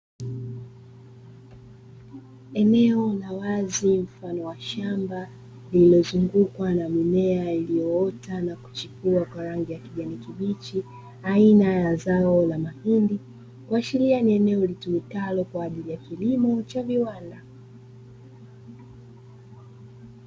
Eneo la wazi mfano wa shamba lililozungukwa na mimea iliyoota na kuchipua kwa rangi ya kijani kibichi, aina ya zao la mahindi kuashiria ni eneo litumikalo kwa ajili ya kilimo cha viwanda.